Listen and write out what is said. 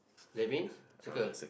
that means circle